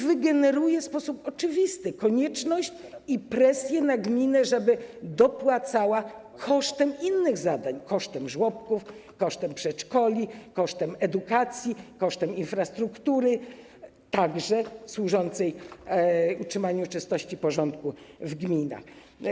Wygeneruje to w sposób oczywisty konieczność i presję na gminę, żeby dopłacała do tego kosztem innych zadań: kosztem żłobków, kosztem przedszkoli, kosztem edukacji, kosztem infrastruktury także służącej utrzymaniu czystości, porządku w gminach.